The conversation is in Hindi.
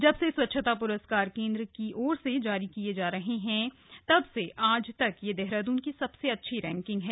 जब से स्वच्छता प्रस्कार केंद्र की ओर से जारी किए जा रहे हैं तब से आज तक यह देहरादून की सबसे अच्छी रैंकिंग है